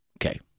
Okay